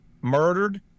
murdered